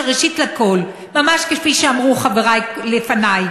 ראשית, ממש כפי שאמרו חברי לפני,